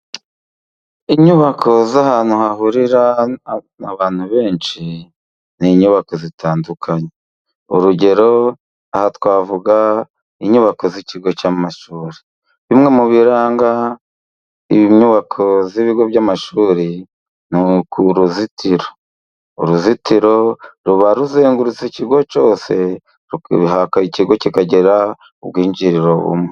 Inyubako z'ahantu hahurira abantu benshi. Ni inyubako zitandukanye, urugero aha twavuga inyubako z'ikigo cy'amashuri. Bimwe mu biranga inyubako z'ibigo by'amashuri ni uruzitiro. Uruzitiro ruba ruzengurutse ikigo cyose, ikigo kikagira ubwinjiriro bumwe.